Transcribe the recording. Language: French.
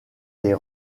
les